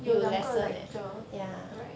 有两个 lecture right